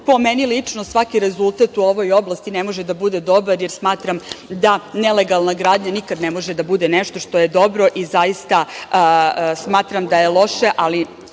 meni lično, svaki rezultat u ovoj oblasti ne može da bude dobar, jer smatram da nelegalna gradnja nikad ne može da bude nešto što je dobro i smatram da je loše, ali